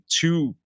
two